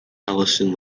ellison